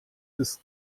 ist